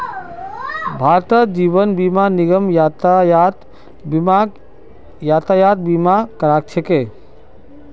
भारतत जीवन बीमा निगम यातायात बीमाक यातायात बीमा करा छेक